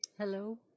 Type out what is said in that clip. Hello